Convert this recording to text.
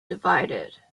divided